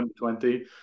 2020